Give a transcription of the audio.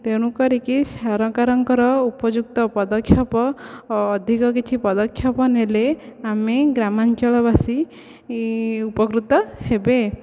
ତେଣୁ କରିକି ସରକାରଙ୍କର ଉପଯୁକ୍ତ ପଦକ୍ଷେପ ଅଧିକ କିଛି ପଦକ୍ଷେପ ନେଲେ ଆମେ ଗ୍ରାମାଞ୍ଚଳବାସୀ ଉପକୃତ ହେବେ